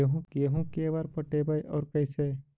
गेहूं के बार पटैबए और कैसे?